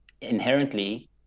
inherently